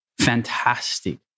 fantastic